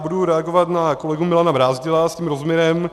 Budu reagovat na kolegu Milana Brázdila s tím rozměrem.